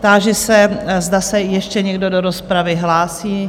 Táži se, zda se ještě někdo do rozpravy hlásí?